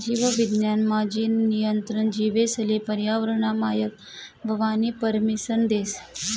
जीव विज्ञान मा, जीन नियंत्रण जीवेसले पर्यावरनना मायक व्हवानी परमिसन देस